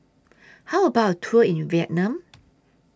How about A Tour in Vietnam